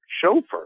chauffeur